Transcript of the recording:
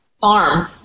Farm